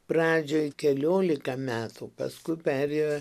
pradžioj keliolika metų paskui perėjo